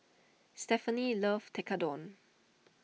Stephenie loves Tekkadon